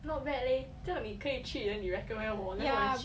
not bad leh 这样你可以去 then 你 recommend 我 then 我去